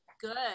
Good